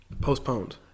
postponed